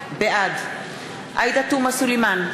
בעד עאידה תומא סלימאן,